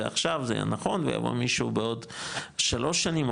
עכשיו זה היה נכון ויבוא מישהו בעוד שלוש שנים,